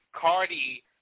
Cardi